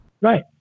Right